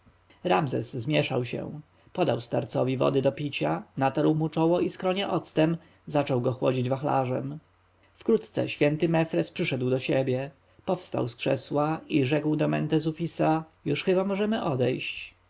ramzes zmieszał się podał starcowi wody do picia natarł mu czoło i skronie octem zaczął go chłodzić wachlarzem wkrótce święty mefres przyszedł do siebie powstał z krzesła i rzekł do mentezufisa już chyba możemy odejść